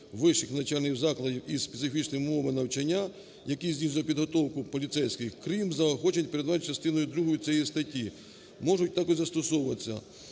вищих навчальних закладів із специфічними умовами навчання, які здійснюють підготовку поліцейських, крім заохочень, передбачених частиною другою цієї статті, можуть також застосовуватися",